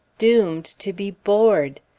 doomed to be bored!